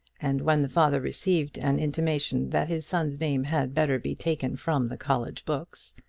and when the father received an intimation that his son's name had better be taken from the college books,